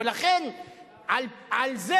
ולכן על זה,